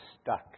stuck